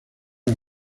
una